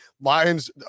Lions